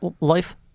Life